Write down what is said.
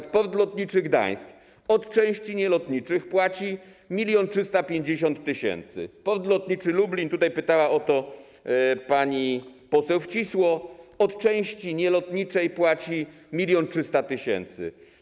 Np. Port Lotniczy Gdańsk od części nielotniczych płaci 1350 tys., Port Lotniczy Lublin, tutaj pytała o to pani poseł Wcisło, od części nielotniczej płaci 1300 tys.